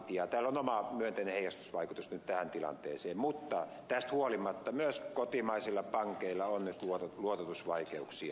tällä on oma myönteinen heijastusvaikutus nyt tähän tilanteeseen mutta tästä huolimatta myös kotimaisilla pankeilla on nyt luototusvaikeuksia